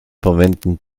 verwenden